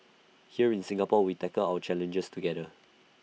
here in Singapore we tackle our challenges together